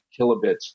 kilobits